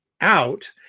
out